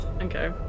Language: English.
Okay